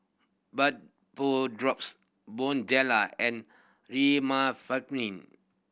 Vapodrops and